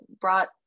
brought